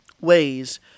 ways